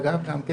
אגב, גם כן